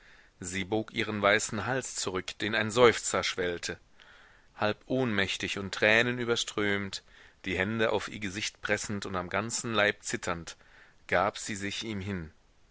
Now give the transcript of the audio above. sie bog ihren weißen hals zurück den ein seufzer schwellte halb ohnmächtig und tränenüberströmt die hände auf ihr gesicht pressend und am ganzen leib zitternd gab sie sich ihm hin